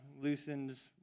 loosens